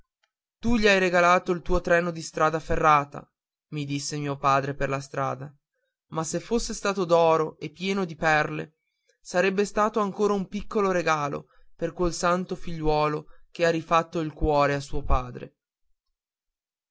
tu gli hai regalato il tuo treno di strada ferrata mi disse mio padre per la strada ma se fosse stato d'oro e pieno di perle sarebbe stato ancora un piccolo regalo per quel santo figliuolo che ha rifatto il cuore a suo padre